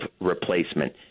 replacement